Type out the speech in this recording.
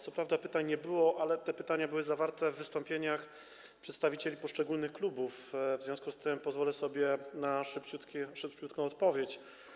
Co prawda serii pytań nie było, ale pytania były zawarte w wystąpieniach przedstawicieli poszczególnych klubów, w związku z tym pozwolę sobie na szybciutką odpowiedź.